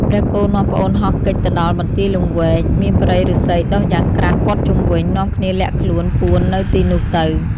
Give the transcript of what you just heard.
ព្រះគោនាំប្អូនហោះគេចទៅដល់បន្ទាយលង្វែក មានព្រៃឫស្សីដុះយ៉ាងក្រាស់ព័ទ្ធជុំវិញ ក៏នាំគ្នាលាក់ខ្លួនពួននៅទីនោះទៅ។